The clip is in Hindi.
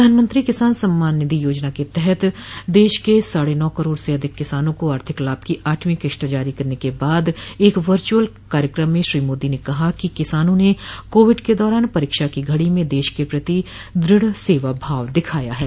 प्रधानमंत्री किसान सम्मान निधि योजना के तहत देश के साढ़े नौ करोड़ से अधिक किसानो को आर्थिक लाभ की आठवीं किस्त जारी करने के बाद एक वर्चुअल कार्यक्रम में श्री मोदी ने कहा कि किसानों ने कोविड के दौरान परीक्षा की घड़ी में देश क प्रति दृढ़ सेवा भाव दिखाया है